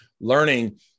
learning